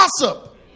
gossip